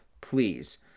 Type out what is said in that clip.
please